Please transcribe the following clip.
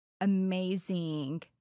amazing